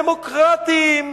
כמה הם דמוקרטים.